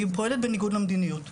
היא פועלת בניגוד למדיניות.